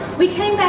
we